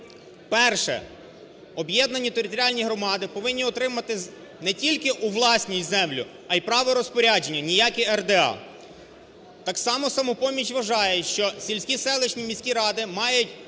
Перше. Об'єднані територіальні громади повинні отримати не тільки у власність землю, а й право розпорядження, ніякі РДА. Так само "Самопоміч" вважає, що сільські, селищні міські ради мають